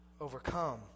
overcome